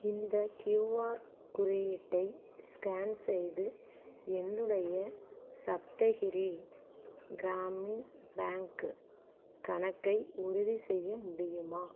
இந்த க்யூஆர் குறியீட்டை ஸ்கேன் செய்து என்னுடைய சப்தகிரி கிராமின் பேங்க் கணக்கை உறுதி செய்ய முடியுமா